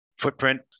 footprint